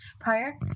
prior